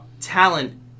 talent